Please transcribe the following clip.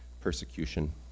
persecution